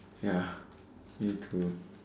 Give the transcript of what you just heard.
ya me too